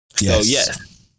yes